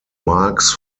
marks